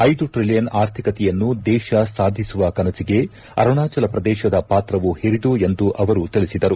ಐದು ಟ್ರಿಲಿಯನ್ ಆರ್ಥಿಕತೆಯನ್ನು ದೇಶ ಸಾಧಿಸುವ ಕನಸಿಗೆ ಅರುಣಾಚಲ ಪ್ರದೇಶದ ಪಾತ್ರವು ಹಿರಿದು ಎಂದು ಅವರು ತಿಳಿಸಿದರು